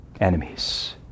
enemies